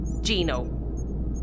Gino